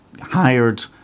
hired